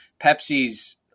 Pepsi's